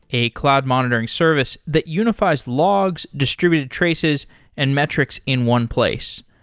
a cloud monitoring service that unifies logs, distributed traces and metrics in one place.